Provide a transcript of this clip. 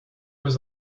was